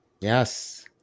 yes